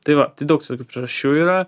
tai va tai daug tokių priežasčių yra